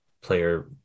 player